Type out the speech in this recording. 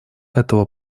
этого